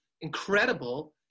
incredible